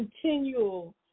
continual